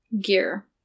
gear